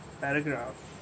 paragraph